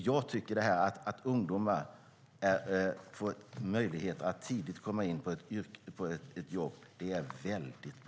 Jag tycker att det är väldigt bra att ungdomar får möjlighet att tidigt komma in på ett jobb.